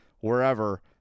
wherever